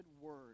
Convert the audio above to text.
word